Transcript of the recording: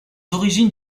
origines